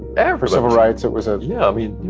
and for civil rights. it was a. yeah, i mean,